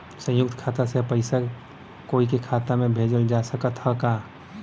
संयुक्त खाता से पयिसा कोई के खाता में भेजल जा सकत ह का?